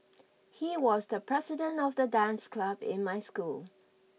he was the president of the dance club in my school